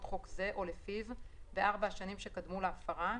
חוק זה או לפיו בארבע השנים שקמו להפרה